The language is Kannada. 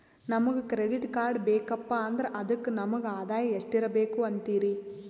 ನಮಗ ಕ್ರೆಡಿಟ್ ಕಾರ್ಡ್ ಬೇಕಪ್ಪ ಅಂದ್ರ ಅದಕ್ಕ ನಮಗ ಆದಾಯ ಎಷ್ಟಿರಬಕು ಅಂತೀರಿ?